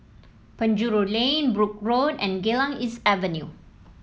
Penjuru Lane Brooke Road and Geylang East Avenue